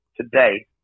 today